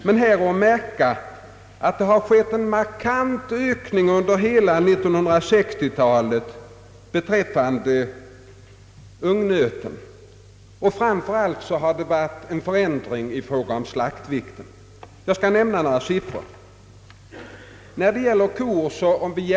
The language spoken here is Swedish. Här är att märka att det har skett en markant ökning under hela 1960 talet beträffande ungnöten, och framför allt har det varit en förändring i fråga om slaktvikten. Jag skall nämna några siffror.